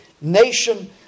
nation